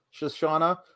Shoshana